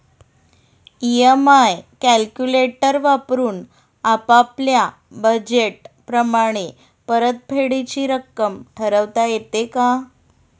EMI calculator वापरून आपापल्या budget प्रमाणे परतफेडीची रक्कम ठरवता येते का?